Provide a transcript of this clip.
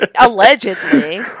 allegedly